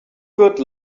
good